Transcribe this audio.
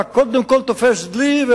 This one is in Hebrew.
אתה קודם כול תופס דלי,